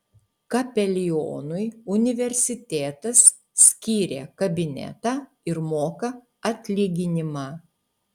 kapelionui universitetas skyrė kabinetą ir moka atlyginimą